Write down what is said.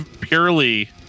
purely